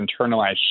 internalized